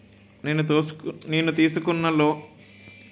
తీసుకున్న loan in time లో కట్టవచ్చ? అప్పుడు ఇంటరెస్ట్ వుందదు కదా?